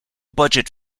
budget